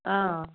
অ